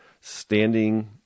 standing